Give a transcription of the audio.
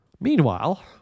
Meanwhile